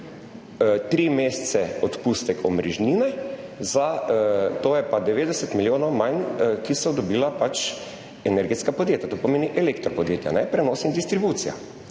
3 mesece odpustek omrežnine, zato je pa 90 milijonov manj, ki so jih dobila energetska podjetja, to pomeni elektropodjetja, prenos in distribucija.